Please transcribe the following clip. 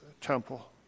temple